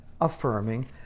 affirming